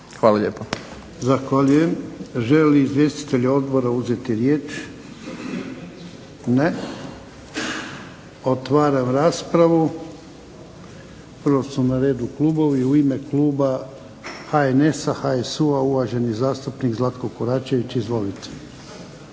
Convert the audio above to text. Ivan (HDZ)** Zahvaljujem. Žele li izvjestitelji odbora uzeti riječ? Ne. Otvaram raspravu. Prvo su na redu klubovi. U ime kluba HNS-a, HSU-a uvaženi zastupnik Zlatko Koračević. Izvolite.